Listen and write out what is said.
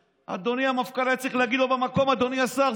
אדוני המפכ"ל היה צריך להגיד לו במקום: אדוני השר,